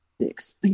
six